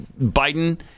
Biden